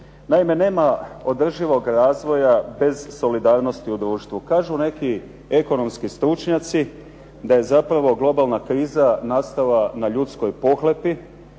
Naime, nema održivog razvoja bez solidarnosti u društvu. Kažu neki ekonomski stručnjaci da je zapravo globalna kriza nastala na ljudskoj pohlepi,